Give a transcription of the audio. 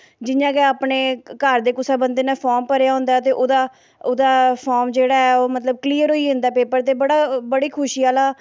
जि'यां केह् अपने घर दे कुसै बंदे नै फार्म भरे दा होंदा ते ओह्दा फार्म जेह्ड़ा ऐ मतलब कलेयर होई जंदा पेपर ते बड़ा खुशी आह्ला